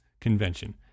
convention